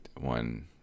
one